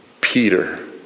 Peter